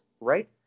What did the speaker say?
right